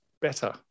better